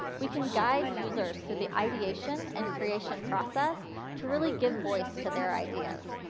we can guide users to the ideation and creation process to really give voice to their ideas.